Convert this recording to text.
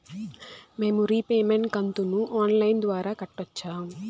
మేము రీపేమెంట్ కంతును online ద్వారా కట్టొచ్చా